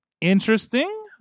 interesting